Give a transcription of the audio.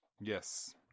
Yes